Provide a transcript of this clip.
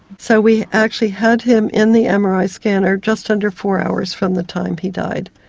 so we actually had him in the ah mri scanner just under four hours from the time he died.